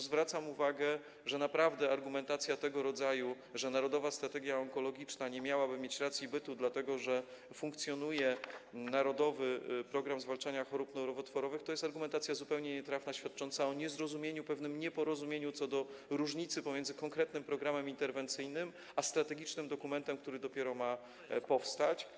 Zwracam uwagę, że naprawdę argumentacja tego rodzaju, że Narodowa Strategia Onkologiczna nie miałaby mieć racji bytu, dlatego że funkcjonuje „Narodowy program zwalczania chorób nowotworowych”, to jest argumentacja zupełnie nietrafna, świadcząca o niezrozumieniu, pewnym nieporozumieniu co do różnicy pomiędzy konkretnym programem interwencyjnym a strategicznym dokumentem, który dopiero ma powstać.